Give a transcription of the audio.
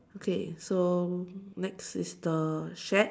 okay so next is the shed